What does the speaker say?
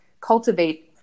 cultivate